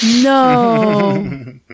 No